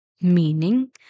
Meaning